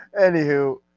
Anywho